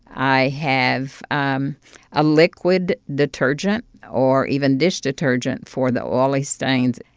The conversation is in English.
i have um a liquid detergent or even dish detergent for the oily stains.